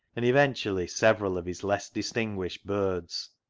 and eventually several of his less distinguished birds,